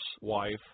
wife